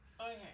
Okay